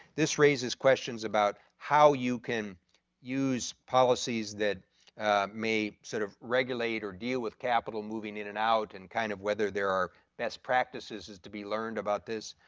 this raises questions about how you can use policies that may sort of regulate or deal with capital moving in and out and kind of whether there are best practices to be learned about this.